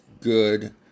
good